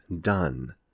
done